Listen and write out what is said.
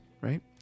right